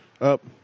Up